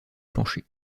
plancher